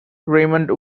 raymond